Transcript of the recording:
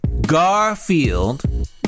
Garfield